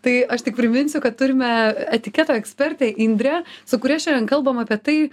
tai aš tik priminsiu kad turime etiketo ekspertę indrę su kuria šiandien kalbam apie tai